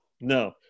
No